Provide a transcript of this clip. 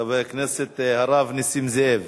חבר הכנסת הרב נסים זאב.